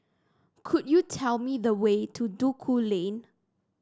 could you tell me the way to Duku Lane